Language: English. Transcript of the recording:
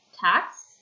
tax